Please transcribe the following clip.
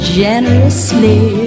generously